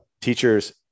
Teachers